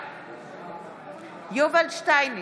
בעד יובל שטייניץ,